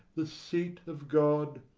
the seat of god,